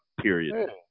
Period